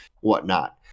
whatnot